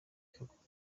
kagomba